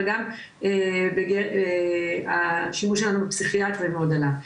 אבל גם השימוש שלנו בפסיכיאטרים מאוד עלה.